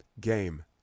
game